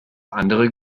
andere